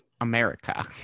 America